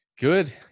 good